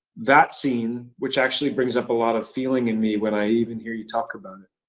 that scene, which actually brings up a lot of feeling in me when i even hear you talk about it.